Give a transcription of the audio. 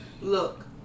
look